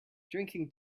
drinking